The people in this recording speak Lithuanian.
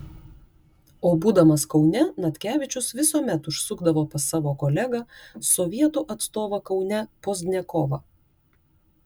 o būdamas kaune natkevičius visuomet užsukdavo pas savo kolegą sovietų atstovą kaune pozdniakovą